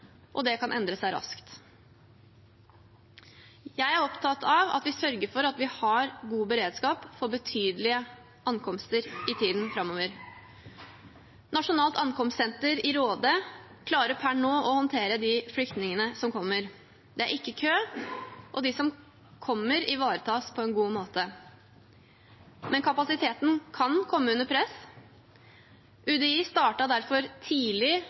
og det kan endre seg raskt. Jeg er opptatt av at vi sørger for å ha god beredskap for betydelige ankomster i tiden framover. Nasjonalt ankomstsenter i Råde klarer per nå å håndtere de flyktningene som kommer. Det er ikke kø, og de som kommer, ivaretas på en god måte. Men kapasiteten kan komme under press. UDI startet derfor tidlig